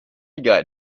got